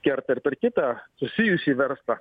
kerta ir per kitą susijusį verslą